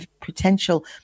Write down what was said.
potential